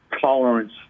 tolerance